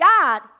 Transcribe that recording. God